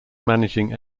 managing